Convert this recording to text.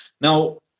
Now